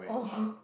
oh